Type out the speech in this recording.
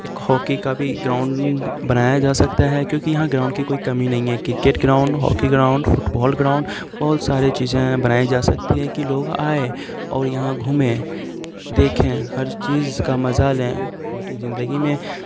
ایک ہاکی کا بھی گراؤنڈ بنایا جا سکتا ہے کیوںکہ یہاں گراؤنڈ کی کوئی کمی نہیں ہے cricket ground hockey ground football ground بہت ساری چیزیں بنائی جا سکتی ہیں کہ لوگ آئیں اور یہاں گھومیں دیکھیں ہر چیز کا مزہ لیں کیوںکہ زندگی میں